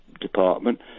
Department